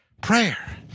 Prayer